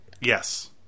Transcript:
Yes